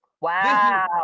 Wow